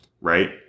right